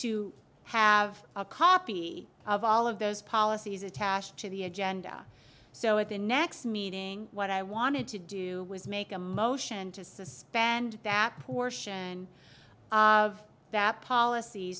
to have a copy of all of those policies attached to the agenda so at the next meeting what i wanted to do was make a motion to suspend that portion of that policy